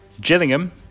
Gillingham